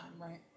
right